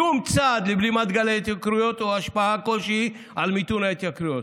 שום צעד לבלימת גל ההתייקרויות או השפעה כלשהי על מיתון ההתייקרויות.